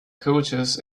coaches